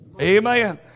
Amen